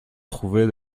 trouvé